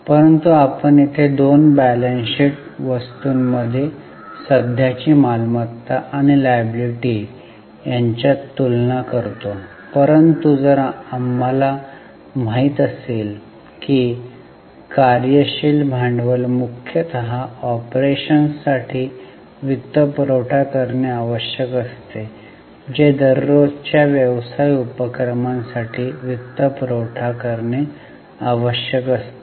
परंतु आपण येथे दोन बॅलन्स शीट वस्तूंमध्ये सध्याची मालमत्ता आणि लायबिलिटी यांच्यात तुलना करतो परंतु जर आम्हाला माहित असेल की कार्य शील भांडवल मुख्यतः ऑपरेशन्ससाठी वित्तपुरवठा करणे आवश्यक असते जे दररोजच्या व्यवसाय उपक्रमांसाठी वित्तपुरवठा करणे आवश्यक असते